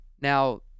Now